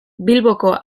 bilboko